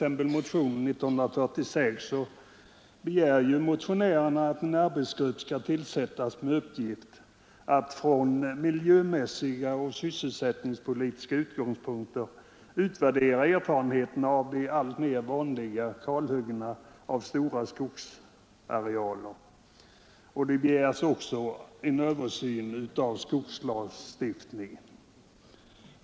I motion nr 146 begär motionärerna att en arbetsgrupp skall tillsättas med uppgift att från miljömässiga och sysselsättningspolitiska utgångspunkter utvärdera erfarenheterna av de allt vanligare kalhuggningarna av stora skogsarealer, och det begärs också en översyn av skogslagstiftningen.